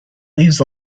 leaves